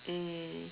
mm